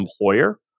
employer